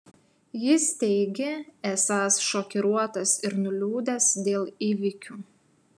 jis teigė esąs šokiruotas ir nuliūdęs dėl įvykių